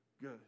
good